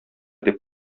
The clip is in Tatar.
дип